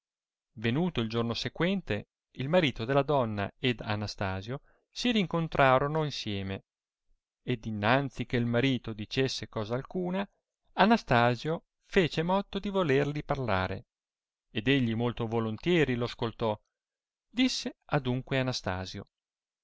venuto il giorno sequente il marito della donna ed anastasio si rincontrorono insieme ed innanzi che marito dicesse cosa alcuna anastasio fece motto di volerli parlare ed egli molto volontieri lo ascoltò disse adunque anastasio